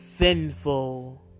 sinful